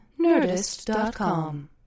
Nerdist.com